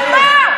על מה?